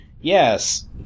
Yes